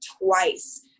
twice